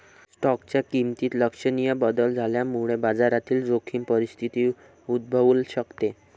स्टॉकच्या किमतीत लक्षणीय बदल झाल्यामुळे बाजारातील जोखीम परिस्थिती उद्भवू शकते